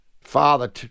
father